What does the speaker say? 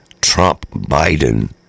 Trump-Biden